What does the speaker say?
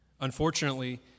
Unfortunately